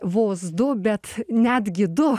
vos du bet netgi du